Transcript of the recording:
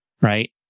right